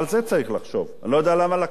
אני לא יודע למה לקח כל כך הרבה זמן.